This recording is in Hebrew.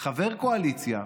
חבר קואליציה,